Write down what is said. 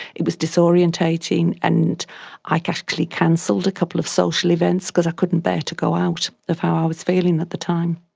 it was disorienting, and i actually cancelled a couple of social events because i couldn't bear to go out with how i was feeling at the time.